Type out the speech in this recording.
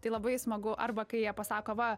tai labai smagu arba kai jie pasako va